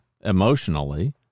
emotionally